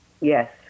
yes